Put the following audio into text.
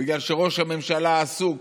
בגלל שראש הממשלה עסוק